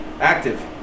Active